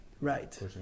Right